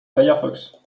firefox